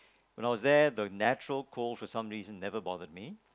when I was there the natural cold for some reason never bothered me